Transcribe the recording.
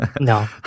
No